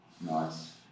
Nice